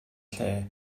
lle